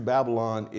Babylon